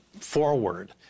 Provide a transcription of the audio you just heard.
forward